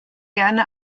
gerne